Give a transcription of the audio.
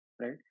right